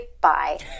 bye